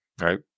Right